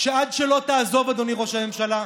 שעד שלא תעזוב, אדוני ראש הממשלה,